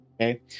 Okay